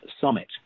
summit